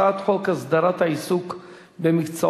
שבעה בעד, אין מתנגדים, אין נמנעים.